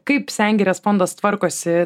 kaip sengirės fondas tvarkosi